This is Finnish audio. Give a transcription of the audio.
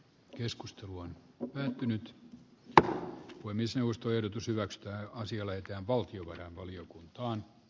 keskustelu on päättynyt ja voimiseustoehdotus hyväksytään on sille että valtiovarainvaliokuntaa